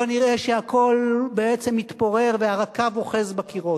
לא נראה שהכול בעצם מתפורר והרקב אוחז בקירות.